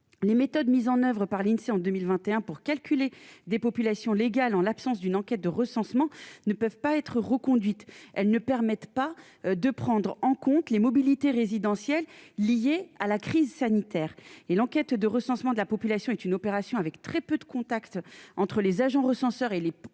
les méthodes mises en oeuvre par l'Insee en 2021 pour calculer des populations légales en l'absence d'une enquête de recensement ne peuvent pas être reconduite, elle ne permettent pas de prendre en compte les mobilités résidentielles liée à la crise sanitaire et l'enquête de recensement de la population est une opération avec très peu de contact entre les agents recenseurs et les et